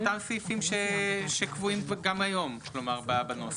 אותם סעיפים שקבועים גם היום בנוסח,